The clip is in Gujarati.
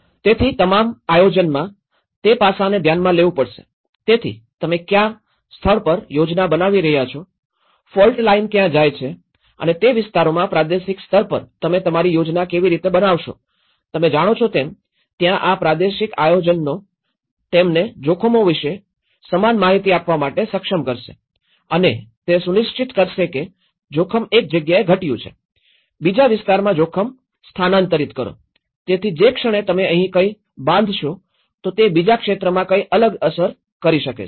તેથી તમામ આયોજનમાં તે પાસાને ધ્યાનમાં લેવું પડશેતેથી તમે ક્યાં સ્થળ પર યોજના બનાવી રહ્યા છો ફોલ્ટ લાઇન ક્યાં જાય છે અને તે વિસ્તારોમાં પ્રાદેશિક સ્તર પર તમે તમારી યોજના કેવી રીતે બનાવશો તમે જાણો છો તેમ ત્યાં આ પ્રાદેશિક આયોજનો તેમને જોખમો વિશે સમાન માહિતી આપવા માટે સક્ષમ કરશે અને તે સુનિશ્ચિત કરશે કે જોખમ એક જગ્યાએ ઘટ્યું છે બીજા વિસ્તારમાં જોખમ સ્થાનાંતરિત કરો તેથી જે ક્ષણે તમે અહીં કંઈ બાંધશો તો તે બીજા ક્ષેત્રમાં કંઈક અલગ અસર કરી શકે છે